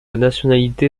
nationalité